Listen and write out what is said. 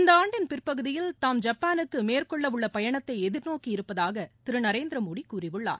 இந்த ஆண்டின் பிற்பகுதியில் தாம் ஜப்பாலுக்கு மேற்கொள்ள உள்ள பயணத்தை எதிர்நோக்கி இருப்பதாக திரு நரேந்திரமோடி கூறியுள்ளார்